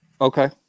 okay